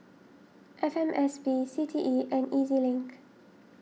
F M S P C T E and E Z Link